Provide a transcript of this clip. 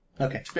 Okay